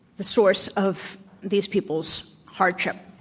the source of these people's hardship.